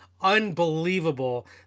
unbelievable